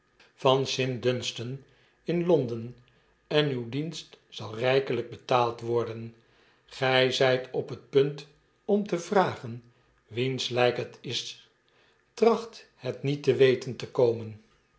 van st dunstan in londen en uw dienst zal rpelijk betaald worden gfl zijt op het punt om'te vragen wiens ljjk het is tracht het niet te weten te mkomen